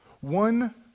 one